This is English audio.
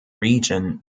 region